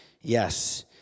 Yes